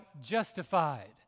justified